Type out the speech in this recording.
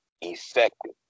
effective